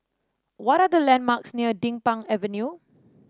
what are the landmarks near Din Pang Avenue